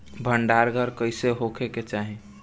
भंडार घर कईसे होखे के चाही?